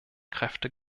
kräfte